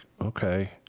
okay